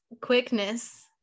quickness